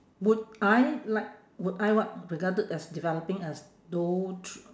would I like would I what regarded as developing as though thr~